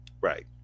Right